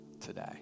today